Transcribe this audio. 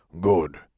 Good